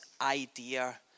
idea